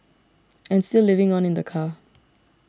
and still living on in the car